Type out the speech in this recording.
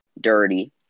dirty